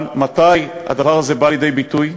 אבל מתי הדבר הזה בא לידי ביטוי?